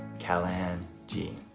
callahan g,